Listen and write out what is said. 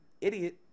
idiot